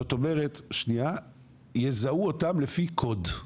זאת אומרת, יזהו אותם לפי קוד.